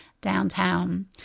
downtown